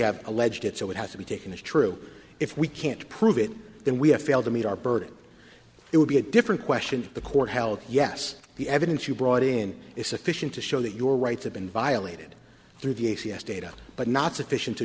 have alleged it so it has to be taken as true if we can't prove it then we have failed to meet our burden it would be a different question the court held yes the evidence you brought in is sufficient to show that your rights have been violated through the a c s data but not sufficient to